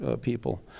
people